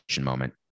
moment